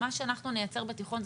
מה שאנחנו נייצר בתיכון,